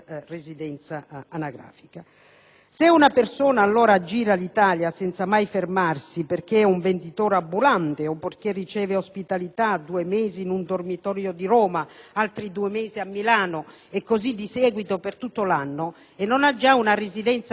Se una persona gira l'Italia senza mai fermarsi, perché è un venditore ambulante o perché riceve ospitalità due mesi in un dormitorio di Roma, altri due mesi a Milano e così di seguito per tutto l'anno, e non ha già una residenza anagrafica nel Comune dove è nato